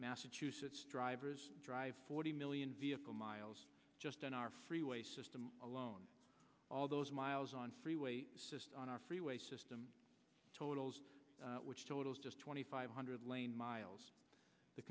massachusetts drivers drive forty million vehicle miles just on our freeway system alone all those miles on freeway system on our freeway system totals which totals just twenty five hundred lane miles the